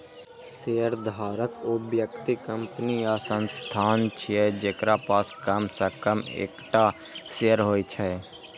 शेयरधारक ऊ व्यक्ति, कंपनी या संस्थान छियै, जेकरा पास कम सं कम एकटा शेयर होइ छै